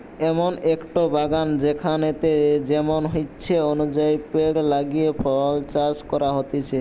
এমন একটো বাগান যেখানেতে যেমন ইচ্ছে অনুযায়ী পেড় লাগিয়ে ফল চাষ করা হতিছে